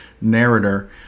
narrator